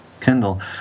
Kindle